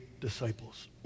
disciples